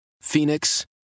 Phoenix